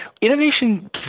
innovation